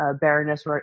baroness